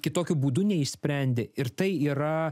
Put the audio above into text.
kitokiu būdu neišsprendė ir tai yra